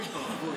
אוי ואבוי.